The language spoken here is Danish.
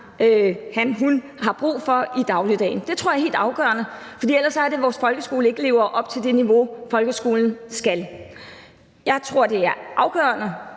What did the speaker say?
han/hun har brug for i dagligdagen. Det tror jeg er helt afgørende, for ellers er det, at vores folkeskole ikke lever op til det niveau, folkeskolen skal. Jeg tror, det er afgørende,